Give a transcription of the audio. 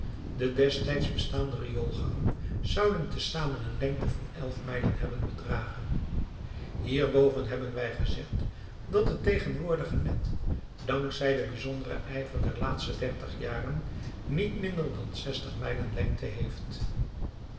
de destijds bestaande rioolgangen zouden te zamen een lengte van elf mijlen hebben bedragen hierboven hebben wij gezegd dat het tegenwoordige net dank zij den bijzonderen ijver der laatste dertig jaren niet minder dan zestig mijlen lengte heeft